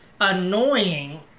annoying